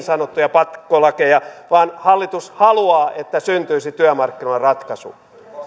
sanottuja pakkolakeja vaan hallitus haluaa että syntyisi työmarkkinaratkaisu